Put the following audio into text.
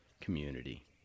community